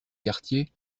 quartier